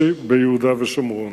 הממשלה בעניין חשיבות שלמותה של ירושלים?